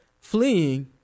fleeing